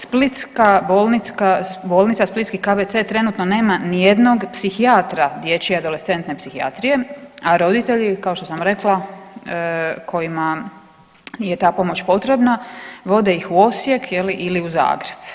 Splitska bolnica, bolnica splitski KBC trenutno nema ni jednog psihijatra dječje adolescentne psihijatrije, a roditelji kao što sam rekla kojima je ta pomoć potrebna vode ih u Osijek je li ili u Zagreb.